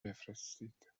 بفرستید